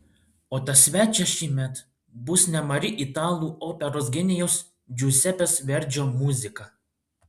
o tas svečias šįmet bus nemari italų operos genijaus džiuzepės verdžio muzika